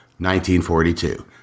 1942